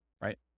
right